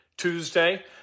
Tuesday